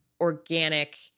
organic